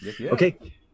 Okay